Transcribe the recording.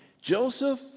Joseph